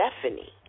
Stephanie